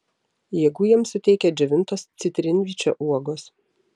jėgų jiems suteikia džiovintos citrinvyčio uogos